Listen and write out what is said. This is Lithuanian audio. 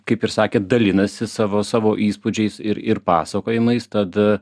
kaip ir sakėt dalinasi savo savo įspūdžiais ir ir pasakojimais tad